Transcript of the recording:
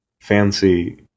fancy